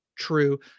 true